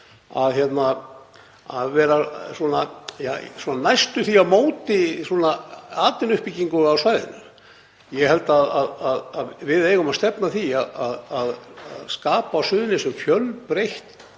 — vera næstum því á móti atvinnuuppbyggingu á svæðinu. Ég held að við eigum að stefna að því að skapa á Suðurnesjum fjölbreytt